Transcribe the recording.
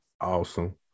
awesome